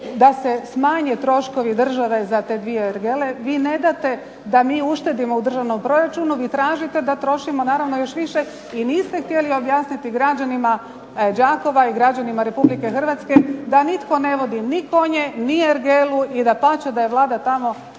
da se smanje troškovi države za te dvije ergele. Vi ne date da mi uštedimo u državnom proračunu. Vi tražite da trošimo naravno još više i niste htjeli objasniti građanima Đakova i građanima Republike Hrvatske da nitko ne vodi ni konje, ni ergelu i dapače da je Vlada tamo